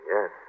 Yes